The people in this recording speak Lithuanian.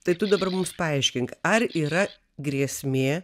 tai tu dabar mums paaiškink ar yra grėsmė